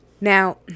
Now